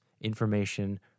information